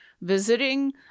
visiting